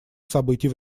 событий